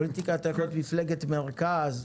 בפוליטיקה אתה יכול להיות מפלגת מרכז,